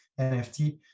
NFT